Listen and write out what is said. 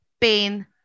pain